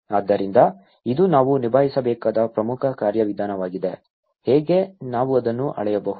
ಆದ್ದರಿಂದ ಇದು ನಾವು ನಿಭಾಯಿಸಬೇಕಾದ ಪ್ರಮುಖ ಕಾರ್ಯವಿಧಾನವಾಗಿದೆ ಹೇಗೆ ನಾವು ಅದನ್ನು ಅಳೆಯಬಹುದು